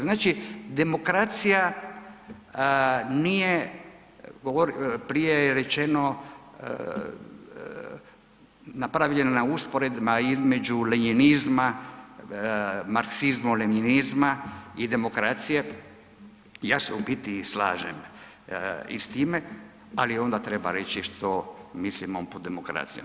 Znači, demokracija nije, prije je rečeno napravljena usporedba između lenjinizma, marksizma u lenjinizma i demokracije, ja se u biti slažem i s time, ali onda treba reći što mislimo pod demokracijom.